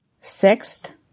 Sixth